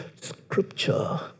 scripture